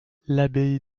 l’abbaye